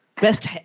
Best